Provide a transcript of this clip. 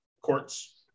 courts